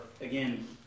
again